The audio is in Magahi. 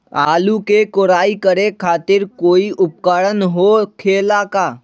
आलू के कोराई करे खातिर कोई उपकरण हो खेला का?